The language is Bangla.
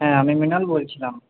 হ্যাঁ আমি মৃণাল বলছিলাম